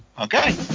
Okay